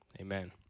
Amen